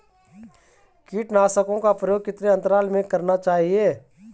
कीटनाशकों का प्रयोग कितने अंतराल में करना चाहिए?